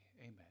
Amen